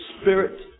Spirit